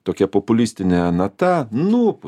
tokia populistine nata nupūtė